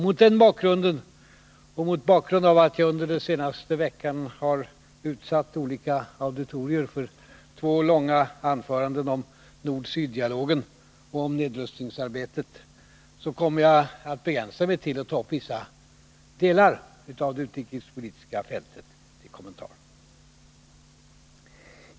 Mot bakgrund härav och mot bakgrunden av att jag under den senaste veckan har utsatt olika auditorier för två långa anföranden om nord-syd-dialogen och om nedrustningsarbetet kommer jag att begränsa mig till att ta upp vissa delar av det utrikespolitiska fältet.